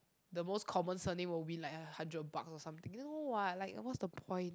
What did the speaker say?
the most common surname will win like a hundred bucks or something no [what] like what's the point